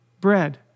bread